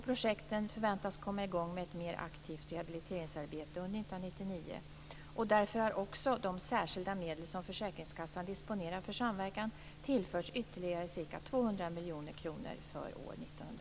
Projekten förväntas komma i gång med ett mer aktivt rehabiliteringsarbete under 1999. Därför har också de särskilda medel som försäkringskassan disponerar för samverkan tillförts ytterligare ca 200 miljoner kronor för år